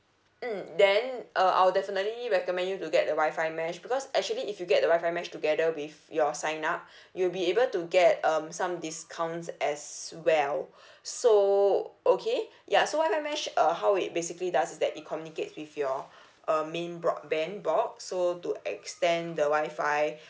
mm then uh I'll definitely recommend you to get the Wi-Fi mesh because actually if you get the Wi-Fi mesh together with your sign up you'll be able to get um some discounts as well so okay ya so Wi-Fi mesh uh how it basically does is that it communicates with your uh main broadband box so to extend the Wi-Fi